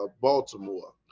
Baltimore